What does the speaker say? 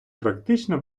практично